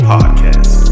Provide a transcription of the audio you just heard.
Podcast